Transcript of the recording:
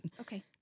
Okay